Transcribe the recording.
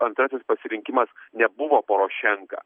antrasis pasirinkimas nebuvo porošenka